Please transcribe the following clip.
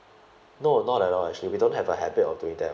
no not at all actually we don't have a habit of doing that [one]